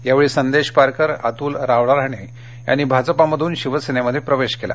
यावेळी संदेश पारकर अतुल रावराणे यांनी भाजपमधून शिवसेनेमध्ये प्रवेश केला